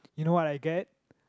you know what I get